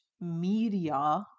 media